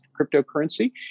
cryptocurrency